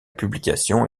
publication